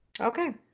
Okay